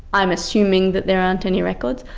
i'm assuming that there aren't any records.